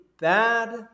bad